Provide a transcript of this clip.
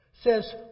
says